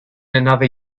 another